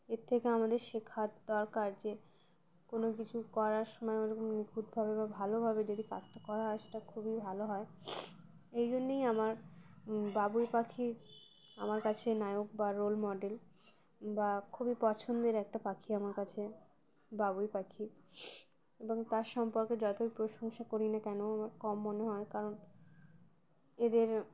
এর থেকে আমাদের শেখার দরকার যে কোনো কিছু করার সময় আমাদেরক নিখুঁতভাবে বা ভালোভাবে যদি কাজটা করা হয় সেটা খুবই ভালো হয় এই জন্যেই আমার বাবুই পাখি আমার কাছে নায়ক বা রোল মডেল বা খুবই পছন্দের একটা পাখি আমার কাছে বাবুই পাখি এবং তার সম্পর্কে যতই প্রশংসা করি না কেন আমার কম মনে হয় কারণ এদের